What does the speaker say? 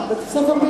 לכך, בית-ספר בעמנואל.